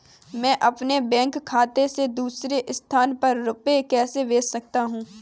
मैं अपने बैंक खाते से दूसरे स्थान पर रुपए कैसे भेज सकता हूँ?